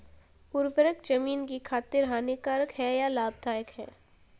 उर्वरक ज़मीन की खातिर हानिकारक है या लाभदायक है?